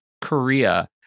korea